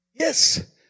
Yes